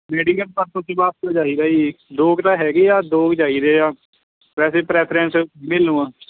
medical purpose ਵਾਸਤੇ ਚਾਹੀਦਾ ਜੀ ਦੋ ਕੁ ਤਾਂ ਹੈਗੇ ਆ ਦੋ ਕੁ ਚਾਹੀਦੇ ਆ ਵੈਸੇ ਪ੍ਰੈਫਰੈਂਸ